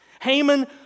Haman